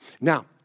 Now